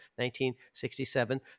1967